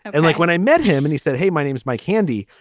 and and like when i met him and he said, hey, my name is mike handy.